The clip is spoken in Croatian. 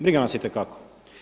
Briga nas je itekako.